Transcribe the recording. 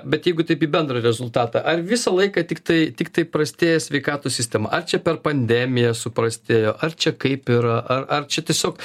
bet jeigu taip į bendrą rezultatą ar visą laiką tiktai tiktai prastėja sveikatos sistema ar čia per pandemiją suprastėjo ar čia kaip yra ar ar čia tiesiog